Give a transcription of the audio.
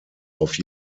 auf